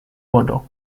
bodoh